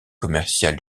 commerciale